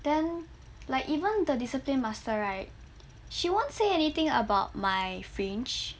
then like even the discipline master right she won't say anything about my fringe